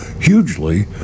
hugely